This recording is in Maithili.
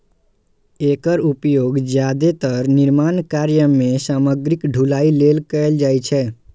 एकर उपयोग जादेतर निर्माण कार्य मे सामग्रीक ढुलाइ लेल कैल जाइ छै